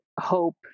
hope